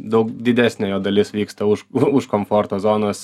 daug didesnė jo dalis vyksta už už komforto zonos